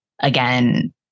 again